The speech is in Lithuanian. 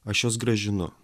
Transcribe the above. aš juos grąžinu